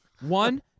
One